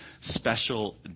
special